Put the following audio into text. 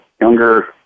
younger